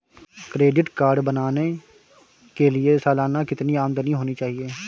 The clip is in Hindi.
क्रेडिट कार्ड बनाने के लिए सालाना कितनी आमदनी होनी चाहिए?